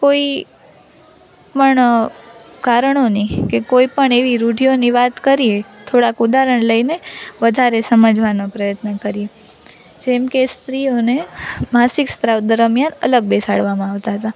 કોઈ પણ કારણોની કે કોઈપણ એવી રૂઢિઓની વાત કરીએ થોડાક ઉદાહરણ લઈને વધારે સમજવાનો પ્રયત્ન કરીએ જેમકે સ્ત્રીઓને માસિક સ્ત્રાવ દરમિયાન અલગ બેસાડવામાં આવતાં હતાં